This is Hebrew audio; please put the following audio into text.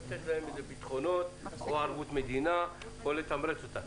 לתת להם ביטחונות או ערבות מדינה או לתמרץ אותם.